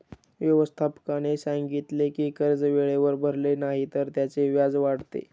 व्यवस्थापकाने सांगितले की कर्ज वेळेवर भरले नाही तर त्याचे व्याज वाढते